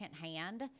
secondhand